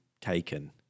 taken